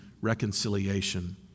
reconciliation